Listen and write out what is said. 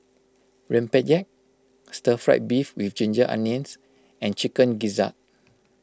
Rempeyek Stir Fried Beef with Ginger Onions and Chicken Gizzard